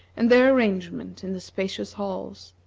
and their arrangement in the spacious halls.